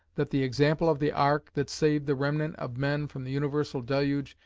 that the example of the ark, that saved the remnant of men from the universal deluge,